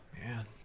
man